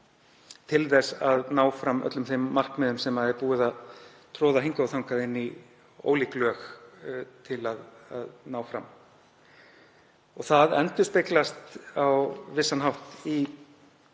til þess að ná fram öllum þeim markmiðum sem búið er að troða hingað og þangað inn í ólík lög. Það endurspeglast á vissan hátt í